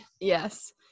Yes